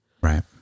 Right